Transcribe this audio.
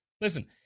Listen